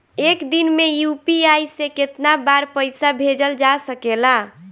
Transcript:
एक दिन में यू.पी.आई से केतना बार पइसा भेजल जा सकेला?